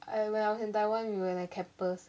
I when I was in taiwan we were at the campus